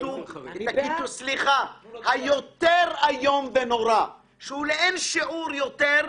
הכיתוב היותר איום ונורא, שהוא לאין שיעור יותר.